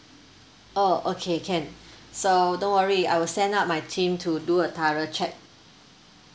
oh okay can so don't worry I will send out my team to do a thorough check